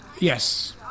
Yes